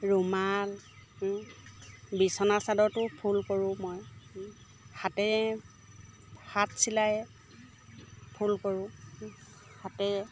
ৰুমাল বিছনা চাদৰতো ফুল কৰোঁ মই হাতেৰে হাত চিলাইৰে ফুল কৰোঁ হাতেৰে